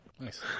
Nice